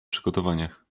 przygotowaniach